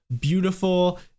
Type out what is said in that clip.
beautiful